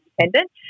independent